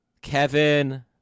Kevin